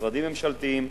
משרדים ממשלתיים,